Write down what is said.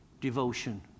devotion